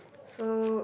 so